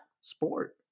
sport